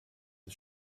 the